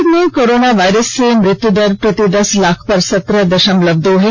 भारत में corona virus से मृत्युदर प्रति दस लाख पर सत्रह दशमलव दो है